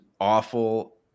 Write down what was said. awful